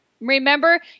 Remember